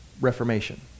Reformation